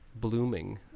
blooming